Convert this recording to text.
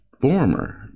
former